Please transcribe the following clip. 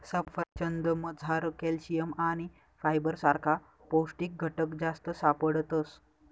सफरचंदमझार कॅल्शियम आणि फायबर सारखा पौष्टिक घटक जास्त सापडतस